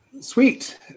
Sweet